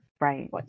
Right